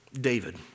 David